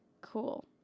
Cool